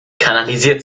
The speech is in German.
kanalisiert